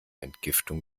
entgiftung